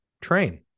train